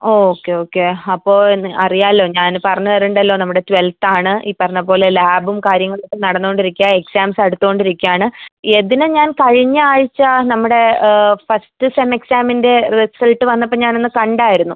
okay okay അപ്പോൾ അറിയാമല്ലോ ഞാൻ പറഞ്ഞ് തരണ്ടല്ലൊ നമ്മുടെ ട്വൽവ്ത്താണ് ഈ പറഞ്ഞ പോലെ ലാബും കാര്യങ്ങളുവക്കെ നടന്നോണ്ടിരിക്കുകയാണ് എക്സാംസടുത്തോണ്ടിരിക്കാണ് യതിനെ ഞാൻ കഴിഞ്ഞ ആഴ്ച നമ്മുടെ ഫസ്റ്റ് സെം എക്സാമിന്റെ റിസൾട്ട് വന്നപ്പം ഞാനന്ന് കണ്ടായിരുന്നു